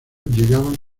llegaban